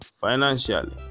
financially